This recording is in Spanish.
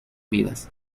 vidas